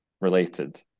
related